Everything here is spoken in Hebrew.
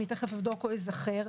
תיכף אזכר.